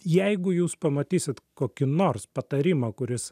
jeigu jūs pamatysit kokį nors patarimą kuris